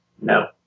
No